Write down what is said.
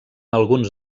alguns